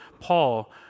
Paul